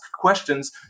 questions